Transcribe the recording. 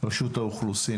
רשות האוכלוסין